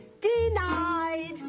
denied